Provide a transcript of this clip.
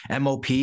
MOP